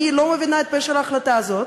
אני לא מבינה את פשר ההחלטה הזאת.